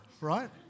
right